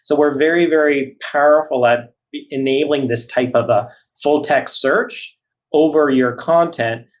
so we're very, very powerful at enabling this type of a full-text search over your content,